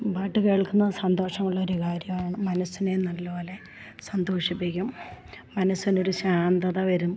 പാട്ട് കേൾക്കുന്നത് സന്തോഷമുള്ള ഒരു കാര്യമാണ് മനസ്സിനെ നല്ല പോലെ സന്തോഷിപ്പിക്കും മനസ്സിന് ഒരു ശാന്തത വരും